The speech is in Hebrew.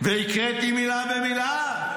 והקראתי מילה במילה.